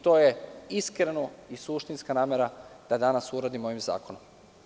To je iskrena i suštinska namera da danas uradimo ovim zakonom.